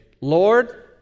Lord